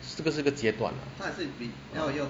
这个是个阶段